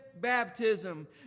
baptism